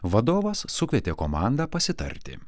vadovas sukvietė komandą pasitarti